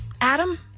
Adam